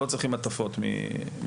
לא צריכים כל מיני הטפות מיוסף,